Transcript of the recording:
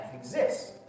exists